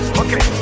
okay